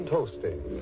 Toasting